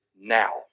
now